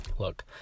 Look